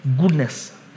goodness